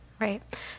right